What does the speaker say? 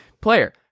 player